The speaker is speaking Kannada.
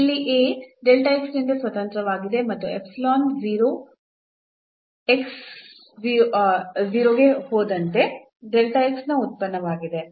ಇಲ್ಲಿ A ನಿಂದ ಸ್ವತಂತ್ರವಾಗಿದೆ ಮತ್ತು ಎಪ್ಸಿಲಾನ್ 0 x→0 ನಂತೆ ನ ಉತ್ಪನ್ನವಾಗಿದೆ